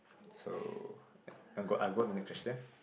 so I go I go to the next question